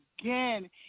again